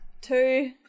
Two